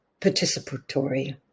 participatory